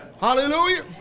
Hallelujah